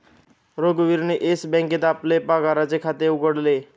रघुवीरने येस बँकेत आपले पगाराचे खाते उघडले